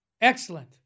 Excellent